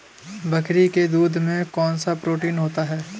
बकरी के दूध में कौनसा प्रोटीन होता है?